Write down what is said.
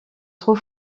trop